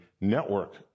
network